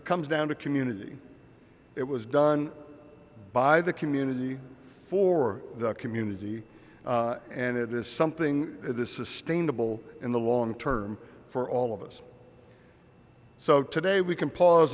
it comes down to community it was done by the community for the community and it is something that is sustainable in the long term for all of us so today we can pause